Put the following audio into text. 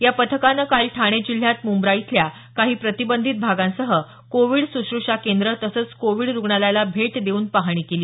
या पथकानं काल ठाणे जिल्ह्यात मुंब्रा इथल्या काही प्रतिबंधित भागांसह कोविड सुश्रुषा केंद्र तसंच कोविड रुग्णालयाला भेट देऊन पाहणी केली